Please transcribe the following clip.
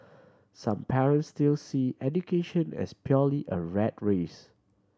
some parent still see education as purely a rat race